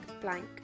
blank